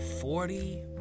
Forty